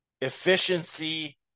efficiency